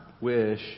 wish